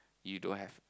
you don't have